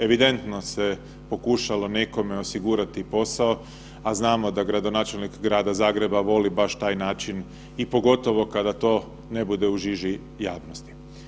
Evidentno se pokušalo nekome osigurati posao, a znamo da gradonačelnik grada Zagreba voli baš taj način i pogotovo kada to ne bude u žiži javnosti.